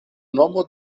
nomo